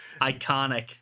Iconic